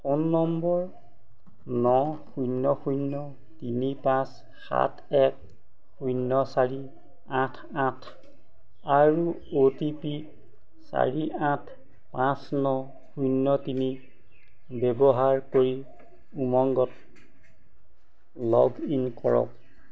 phone number ন শূন্য শূন্য তিনি পাঁচ সাত এক শূন্য চাৰি আঠ আঠ আৰু অ' টি পি চাৰি আঠ পাঁচ ন শূন্য তিনি ব্যৱহাৰ কৰি উমংগত লগ ইন কৰক